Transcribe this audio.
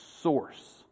source